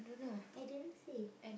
I didn't see